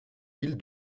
ville